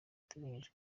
iteganyijwe